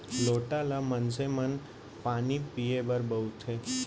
लोटा ल मनसे मन पानी पीए बर बउरथे